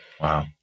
Wow